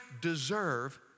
deserve